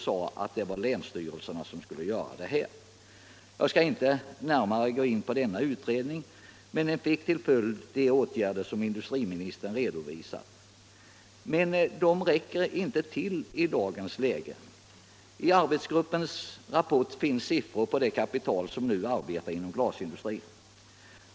Det uttalades att länsstyrelserna skulle Om åtgärder för att fullgöra detta uppdrag. Jag skall inte närmare gå in på denna utredning = stödja den manuelutan vill bara nämna att den fick till följd de åtgärder som industri = la glasindustrin ministern redovisat. Men detta räcker inte till i dagens läge. I arbetsgruppens rapport finns siffror på det kapital som nu arbetar inom glasindustrin.